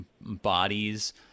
bodies